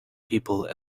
people